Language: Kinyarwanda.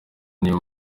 niyo